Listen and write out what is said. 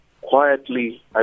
quietly